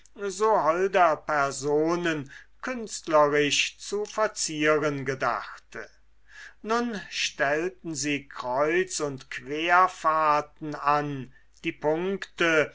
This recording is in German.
so holder personen künstlerisch zu verzieren gedachte nun stellten sie kreuz und quer fahrten an die punkte